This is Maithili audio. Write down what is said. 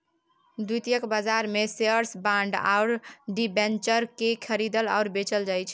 द्वितीयक बाजारमे शेअर्स बाँड आओर डिबेंचरकेँ खरीदल आओर बेचल जाइत छै